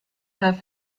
have